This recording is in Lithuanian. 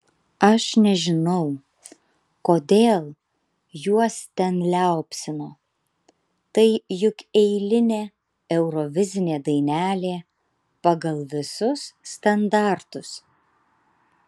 aš nežinau kodėl juos ten liaupsino tai juk eilinė eurovizinė dainelė pagal visus standartus